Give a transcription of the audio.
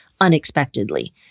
unexpectedly